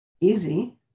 easy